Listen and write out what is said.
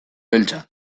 beltza